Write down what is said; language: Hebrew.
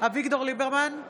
אביגדור ליברמן,